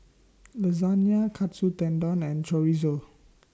Lasagna Katsu Tendon and Chorizo